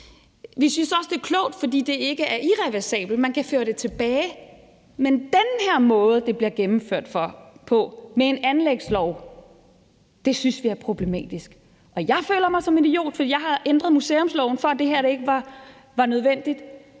Vi synes også, det er klogt, fordi det ikke er irreversibelt, da man kan føre det tilbage. Men den her måde, det bliver gennemført på, med en anlægslov, synes vi er problematisk. Jeg føler mig som en idiot, for jeg har ændret museumsloven for, at det her ikke skulle være nødvendigt,